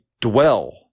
dwell